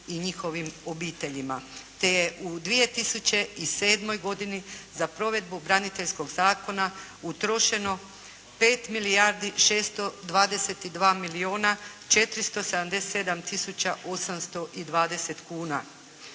i njihovim obiteljima te je u 2007. godini za provedbu braniteljskog zakona utrošeno 5 milijardi 622 milijuna 477 tisuća 820 kuna.